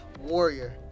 Warrior